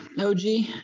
no g.